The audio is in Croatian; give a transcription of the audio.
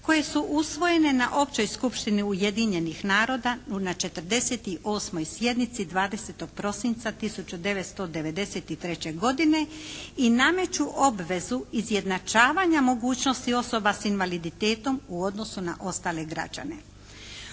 koje su usvojene na općoj skupštini Ujedinjenih naroda na 48. sjednici 20. prosinca 1993. godine i nameću obvezu izjednačavanja mogućnosti osoba sa invaliditetom u odnosu na ostale građane.